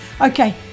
Okay